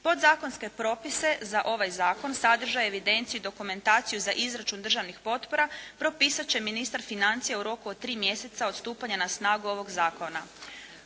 Podzakonske propise za ovaj Zakon, sadržaj i evidenciju i dokumentaciju za izračun državnih potpora propisat će ministar financija u roku od 3 mjeseca od stupanja na snagu ovog Zakona.